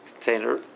container